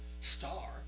star